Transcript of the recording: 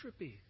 Trippy